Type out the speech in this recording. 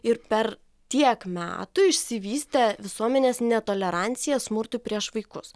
ir per tiek metų išsivystė visuomenės netolerancija smurtui prieš vaikus